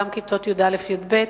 גם כיתות י"א י"ב.